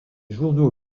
journaux